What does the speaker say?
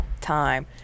time